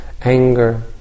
anger